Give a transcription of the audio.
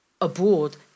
abroad